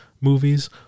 movies